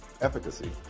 efficacy